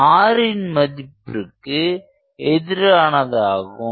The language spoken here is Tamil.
இது rன் மதிப்புக்கு எதிரானதாகும்